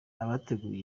abategura